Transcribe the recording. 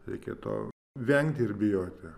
reikėtų vengti ir bijoti